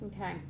Okay